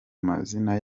mazina